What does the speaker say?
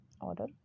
order